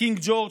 בקינג ג'ורג',